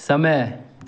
समय